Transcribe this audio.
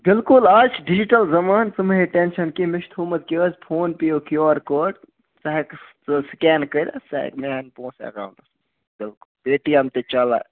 بِلکُل آز چھِ ڈِجٹَل زَمان ژٕ مہ ہیٚے ٹٮ۪نشَن کیٚنٛہہ مےٚ چھُ تھومُت کیٛاہ حظ فون پیٚیَو کیوٗ آر کوڈ ژٕ ہیٚکہٕ ژٕ سٕکَین کٔرِتھ سُہ ہیٚکہِ مےٚ ہَن پونٛسہٕ اٮ۪کاوُنٛٹَس بِلکُل پے ٹی ایٚم تہِ چَلان